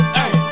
hey